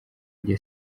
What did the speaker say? njye